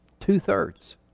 Two-thirds